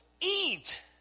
eat